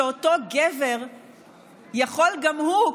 שאותו גבר יכול גם הוא,